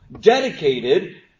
Dedicated